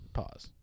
pause